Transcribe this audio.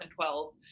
2012